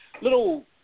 little